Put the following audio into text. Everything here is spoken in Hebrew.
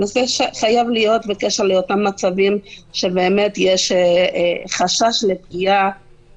נושא שחייב להיות בקשר לאותם מצבים שבאמת יש חשש לפגיעה